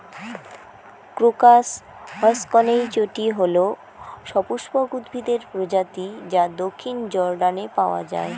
crocus হসকনেইচটি হল সপুষ্পক উদ্ভিদের প্রজাতি যা দক্ষিণ জর্ডানে পাওয়া য়ায়